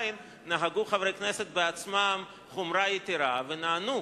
ועדיין נהגו חברי הכנסת בעצמם חומרה יתירה ונענו